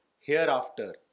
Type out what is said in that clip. hereafter